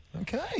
Okay